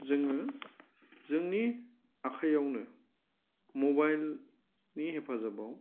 जोङो जोंनि आखाइयावनो मबाइलनि हेफाजाबाव